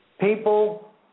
People